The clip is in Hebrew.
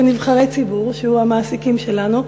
כנבחרי ציבור שהוא המעסיק שלנו,